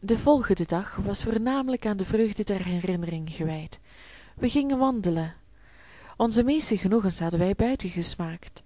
de volgende dag was voornamelijk aan de vreugde der herinnering gewijd wij gingen wandelen onze meeste genoegens hadden wij buiten gesmaakt